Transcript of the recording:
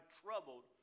troubled